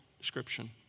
description